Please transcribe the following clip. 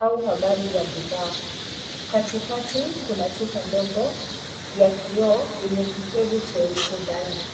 au habari za bidhaa. Katikati kuna chupa ndogo ya kioo, yenye kipevu cheusi ndani.